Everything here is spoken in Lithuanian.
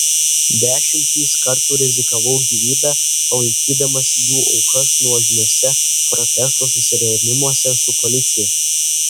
dešimtis kartų rizikavau gyvybe palaikydamas jų aukas nuožmiuose protesto susirėmimuose su policija